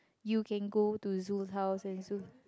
you can go to Zul's house and Zul